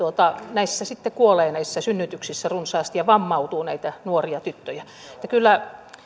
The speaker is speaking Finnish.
näissä synnytyksissä kuolee ja vammautuu runsaasti näitä nuoria tyttöjä että